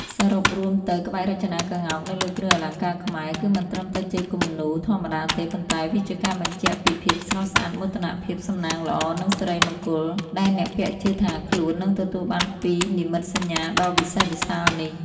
សរុបរួមទៅ ក្បាច់រចនាក្ងោកនៅលើគ្រឿងអលង្ការខ្មែរ គឺមិនត្រឹមតែជាគំនូរធម្មតាទេ ប៉ុន្តែវាជាការបញ្ជាក់ពី ភាពស្រស់ស្អាត មោទនភាព សំណាងល្អ និង សិរីមង្គល ដែលអ្នកពាក់ជឿថាខ្លួននឹងទទួលបានពីនិមិត្តសញ្ញាដ៏វិសេសវិសាលនេះ។